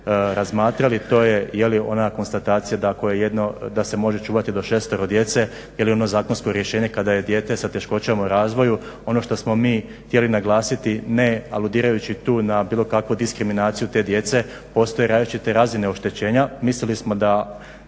ako je jedno da se može čuvati do 6 djece ili ono zakonsko rješenje kada je dijete sa teškoćama u razvoju, ono što smo mi htjeli naglasiti ne aludirajući tu na bilo kakvu diskriminaciju te djece, postoje različite razine oštećenja,